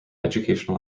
educational